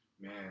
man